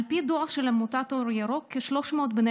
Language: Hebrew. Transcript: על פי דוח של עמותת אור ירוק כ-300 בני